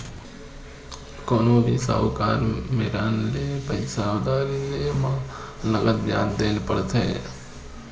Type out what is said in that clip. कोनो भी साहूकार मेरन ले पइसा उधारी लेय म नँगत बियाज देय बर परथे